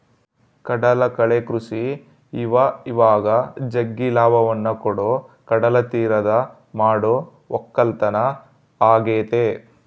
ಕಡಲಕಳೆ ಕೃಷಿ ಇವಇವಾಗ ಜಗ್ಗಿ ಲಾಭವನ್ನ ಕೊಡೊ ಕಡಲತೀರದಗ ಮಾಡೊ ವಕ್ಕಲತನ ಆಗೆತೆ